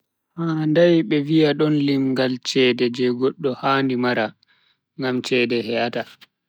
Handai be viya don lingal chede je goddo handi mara, ngam chede he'ata.